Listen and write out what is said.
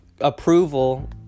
approval